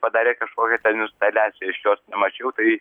padarė kažkokią ten instaliaciją aš jos nemačiau tai